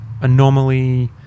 anomaly